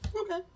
Okay